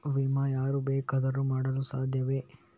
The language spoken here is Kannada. ವಿಮೆ ಯಾರು ಬೇಕಾದರೂ ಮಾಡಲು ಸಾಧ್ಯವೇ?